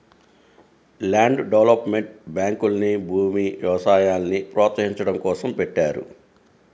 land development బ్యాంకుల్ని భూమి, వ్యవసాయాల్ని ప్రోత్సహించడం కోసం పెట్టారు